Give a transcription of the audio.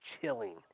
chilling